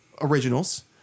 originals